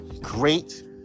great